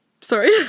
Sorry